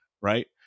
right